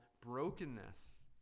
brokenness